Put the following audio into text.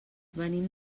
venim